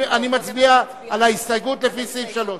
אני מצביע על ההסתייגות לפי סעיף 3,